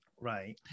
Right